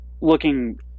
looking